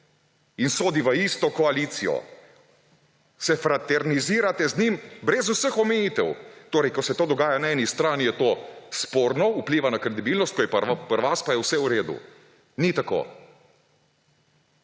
in sodi v isto koalicijo. Se fraternizirate z njim brez vseh omejitev. Torej, ko se to dogaja na eni strani, je to sporno, vpliva na kredibilnost, pri vas pa je vse v redu. Ni tako!